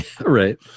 Right